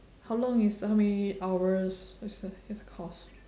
how long you so how many hours is this course